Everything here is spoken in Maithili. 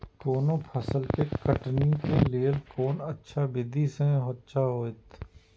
कोनो फसल के कटनी के लेल कोन अच्छा विधि सबसँ अच्छा होयत?